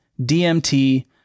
DMT